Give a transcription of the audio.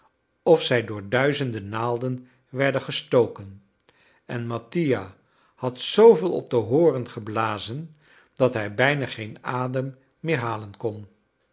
of zij door duizenden naalden werden gestoken en mattia had zooveel op den horen geblazen dat hij bijna geen adem meer halen kon